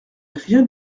rien